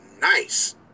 nice